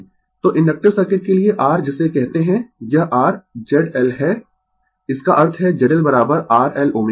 Refer Slide Time 1945 तो inductive circuit के लिए r जिसे कहते है यह r Z L है इसका अर्थ है Z L r L ω